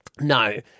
No